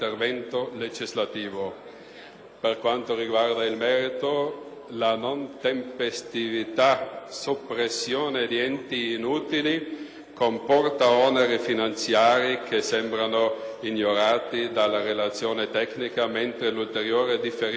Per quanto riguarda il merito, la non tempestiva soppressione di enti inutili comporta oneri finanziari che sembrano ignorati dalla relazione tecnica, mentre l'ulteriore differimento della *class action*